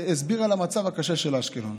והסביר על המצב הקשה של אשקלון.